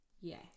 Yes